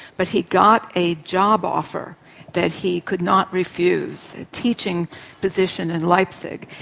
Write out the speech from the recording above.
but he got a job offer that he could not refuse, a teaching position in leipzig,